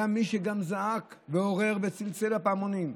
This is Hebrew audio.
היה מי שגם זעק ועורר וצלצלו הפעמונים.